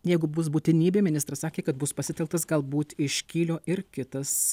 jeigu bus būtinybė ministras sakė kad bus pasitelktas galbūt iš kylio ir kitas